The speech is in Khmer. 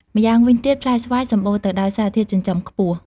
ម្យ៉ាងវិញទៀត ផ្លែស្វាយសម្បូរទៅដោយ សារធាតុចិញ្ចឹមខ្ពស់។